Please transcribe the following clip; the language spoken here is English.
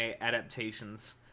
adaptations